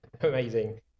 amazing